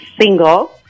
single